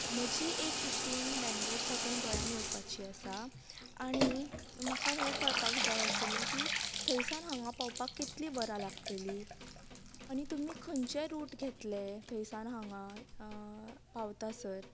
म्हजी एक इश्टीण बॅंगलोर साकून गोंयान येवपाची आसा आनी म्हाका हे कळपाक जाय आशिल्ले की थंयसान हांगा पावपाक कितली वरां लागताली आनी तुमी खंयचे रूट घेतले थंयसान हांगा पावतासर